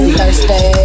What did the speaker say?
Thursday